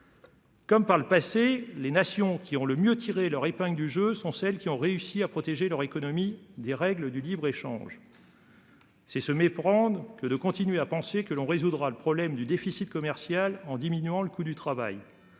Comme par le passé. Les nations qui ont le mieux tiré leur épingle du jeu sont celles qui ont réussi à protéger leur économie des règles du libre-échange. C'est se méprendre que de continuer à penser que l'on résoudra le problème du déficit commercial en diminuant le coût du travail.